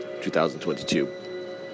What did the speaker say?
2022